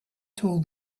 told